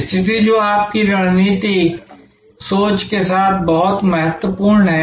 स्थिति जो आपकी रणनीतिक सोच के लिए बहुत महत्वपूर्ण है